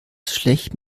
schlecht